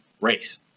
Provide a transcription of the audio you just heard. race